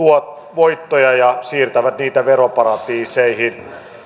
voittoja ja siirtävät niitä veroparatiiseihin